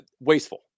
wasteful